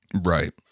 Right